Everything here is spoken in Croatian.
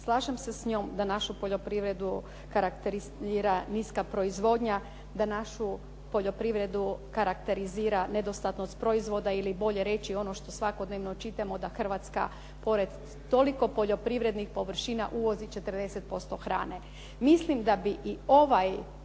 Slažem se s njom da našu poljoprivredu karakterizira niska proizvodnja, da našu poljoprivredu karakterizira nedostatnost proizvoda ili bolje reći ono što svakodnevno čitamo da Hrvatska pored toliko poljoprivrednih površina uvozi 40% hrane. Mislim da bi i ova